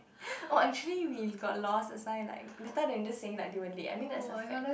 oh actually we got lost that's why like better then just saying like they were late I mean that's a fact